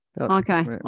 Okay